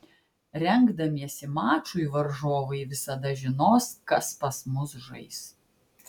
rengdamiesi mačui varžovai visada žinos kas pas mus žais